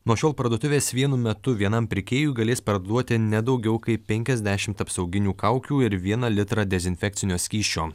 nuo šiol parduotuvės vienu metu vienam pirkėjui galės parduoti ne daugiau kaip penkiasdešimt apsauginių kaukių ir vieną litrą dezinfekcinio skysčio